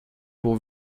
pour